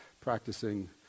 practicing